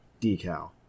decal